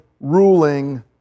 ruling